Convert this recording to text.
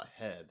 ahead